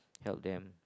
help them